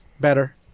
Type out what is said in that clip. better